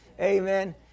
Amen